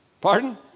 pardon